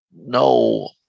No